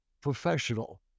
professional